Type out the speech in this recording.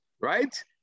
Right